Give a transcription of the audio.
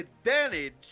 advantage